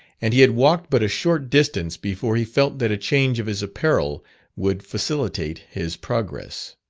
and he had walked but a short distance before he felt that a change of his apparel would facilitate his progress.